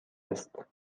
است